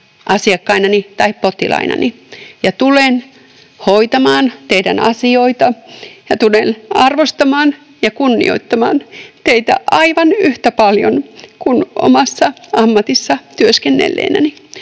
asiakkainani tai potilainani, ja tulen hoitamaan teidän asioitanne ja tulen arvostamaan ja kunnioittamaan teitä aivan yhtä paljon kuin omassa ammatissani työskennellessäni.